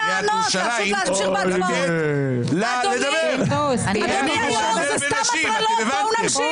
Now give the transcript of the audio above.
היא תמשיך לעשות את זה, וזה מה שאני